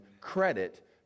credit